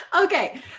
Okay